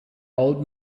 old